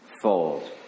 fold